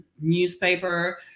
newspaper